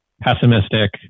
pessimistic